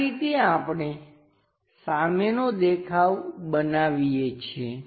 આ રીતે આપણે સામેનો દેખાવ બનાવીએ છીએ